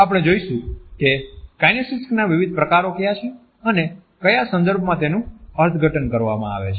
આપણે જોઇશું કે કાઈનેક્સિસના વિવિઘ પ્રકારો ક્યાં છે અને કયા સંદર્ભમાં તેનું અર્થઘટન કરવામાં આવે છે